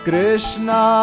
Krishna